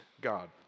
God